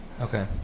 Okay